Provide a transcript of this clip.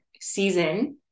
season